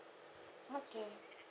okay